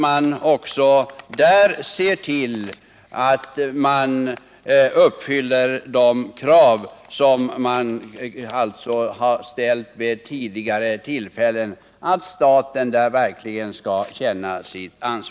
Man måste också se till att de krav som har ställts vid tidigare tillfällen uppfylls.